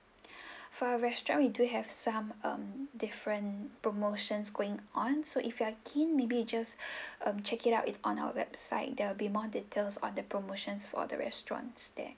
for our restaurant we do have some um different promotions going on so if you are keen maybe just um check it out it on our website there will be more details on the promotions for the restaurants there